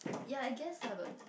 ya I guess lah but